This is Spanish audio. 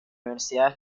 universidad